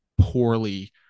poorly